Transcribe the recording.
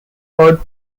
heard